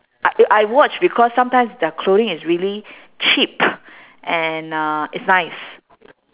I I watch because sometimes their clothing is really cheap and uh it's nice